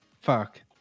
Fuck